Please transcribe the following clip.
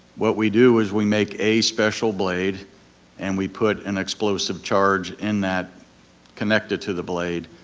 what we do is we make a special blade and we put an explosive charge in that connected to the blade,